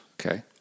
Okay